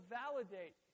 validate